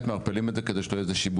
מערפלים את זה כדי שלא יהיה שיבוש,